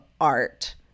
art